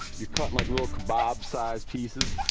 you're cutting like little kebab-sized pieces.